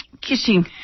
kissing